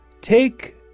take